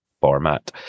format